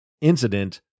incident